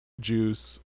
juice